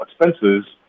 expenses